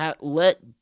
let